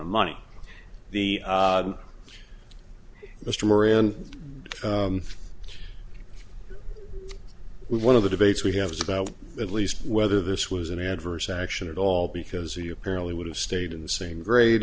of money the mr morion one of the debates we have was about at least whether this was an adverse action at all because he apparently would have stayed in the same